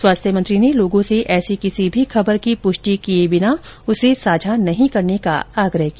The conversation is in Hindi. स्वास्थ्य मंत्री ने लोगों से ऐसी किसी भी खबर की पुष्टि किए बिना उसे साझा नहीं करने का आग्रह किया